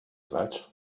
that